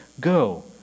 Go